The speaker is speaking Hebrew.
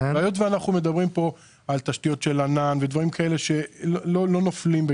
היות ואנחנו מדברים כאן על תשתיות של ענן ודברים כאלה שלא נופלים,